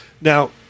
Now